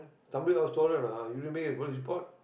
somebody else stolen ah did you make a police report